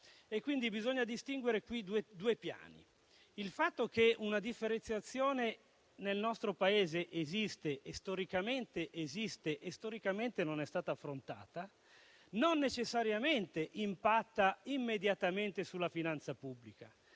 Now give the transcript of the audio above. bisogna distinguere due piani. Il fatto che una differenziazione nel nostro Paese esiste e che storicamente non è stata affrontata non necessariamente impatta nell'immediato sulla finanza pubblica;